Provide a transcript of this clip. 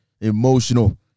Emotional